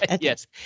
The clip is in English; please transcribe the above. Yes